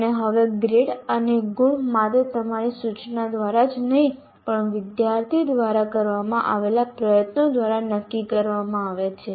અને હવે ગ્રેડ અને ગુણ માત્ર તમારી સૂચના દ્વારા જ નહીં પણ વિદ્યાર્થી દ્વારા કરવામાં આવેલા પ્રયત્નો દ્વારા નક્કી કરવામાં આવે છે